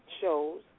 shows